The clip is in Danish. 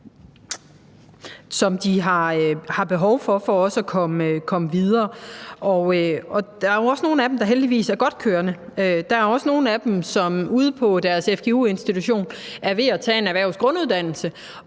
som de har behov for for at komme videre. Og der er jo nogle af dem, der heldigvis er godt kørende; der er også nogle af dem, som ude på deres fgu-institution er ved at tage en erhvervsgrunduddannelse,